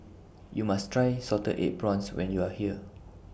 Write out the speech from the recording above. YOU must Try Salted Egg Prawns when YOU Are here